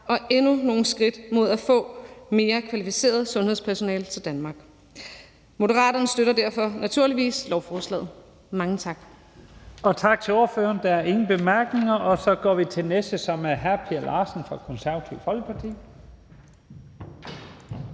og endnu nogle skridt mod at få mere kvalificeret sundhedspersonale til Danmark. Moderaterne støtter derfor naturligvis lovforslaget. Mange tak. Kl. 13:27 Første næstformand (Leif Lahn Jensen): Tak til ordføreren. Der er ingen korte bemærkninger. Så går vi til den næste, som er hr. Per Larsen fra Det Konservative Folkeparti.